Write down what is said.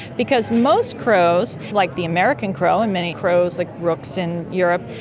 because most crows like the american crow and many crows, like rooks in europe,